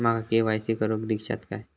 माका के.वाय.सी करून दिश्यात काय?